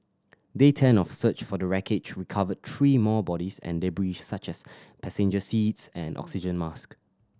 day ten of search for the wreckage recovered three more bodies and debris such as passenger seats and oxygen mask